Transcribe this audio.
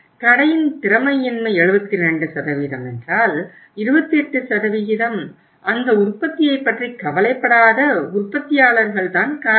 கடையின் திறமையின்மை 72 என்றால் 28 அந்த உற்பத்தியைப் பற்றி கவலைப்படாத உற்பத்தியாளர்கள் தான் காரணம்